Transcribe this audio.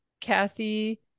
kathy